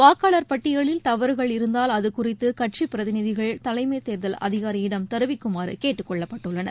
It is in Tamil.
வாக்காளர் பட்டியலில் தவறுகள் இருந்தால் அது குறித்து கட்சிப் பிரதிநிதிகள் தலைமைத் தேர்தல் அதிகாரியிடம் தெரிவிக்குமாறு கேட்டுக் கொள்ளப்பட்டுள்ளனர்